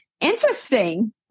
interesting